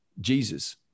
Jesus